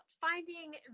finding